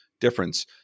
difference